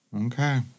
okay